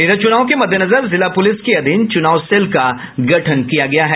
इधर चुनाव के मद्देनजर जिला पुलिस के अधीन चूनाव सेल का गठन किया गया है